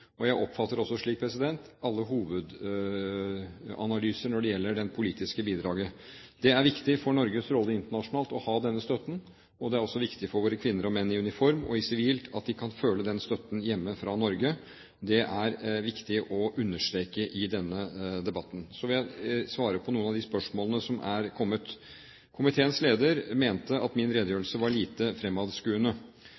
og jeg oppfatter også alle hovedanalyser når det gjelder det politiske bidraget. Det er viktig for Norges rolle internasjonalt å ha denne støtten, og det er også viktig for våre kvinner og menn i uniform og sivilt at de kan føle den støtten hjemme fra Norge. Det er det viktig å understreke i denne debatten. Så vil jeg svare på noen av de spørsmålene som er kommet. Komiteens leder mente at min